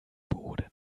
boden